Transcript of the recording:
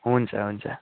हुन्छ हुन्छ